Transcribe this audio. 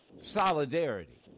solidarity